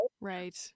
Right